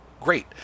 Great